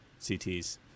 CTs